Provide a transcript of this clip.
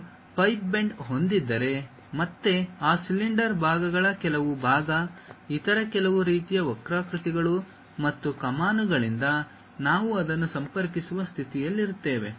ನಾವು pipe bend ಹೊಂದಿದ್ದರೆ ಮತ್ತೆ ಆ ಸಿಲಿಂಡರ್ ಭಾಗಗಳ ಕೆಲವು ಭಾಗ ಇತರ ಕೆಲವು ರೀತಿಯ ವಕ್ರಾಕೃತಿಗಳು ಮತ್ತು ಕಮಾನುಗಳಿಂದ ನಾವು ಅದನ್ನು ಸಂಪರ್ಕಿಸುವ ಸ್ಥಿತಿಯಲ್ಲಿರುತ್ತೇವೆ